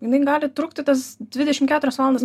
inai gali trukti tas dvidešim keturias valandas